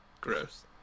gross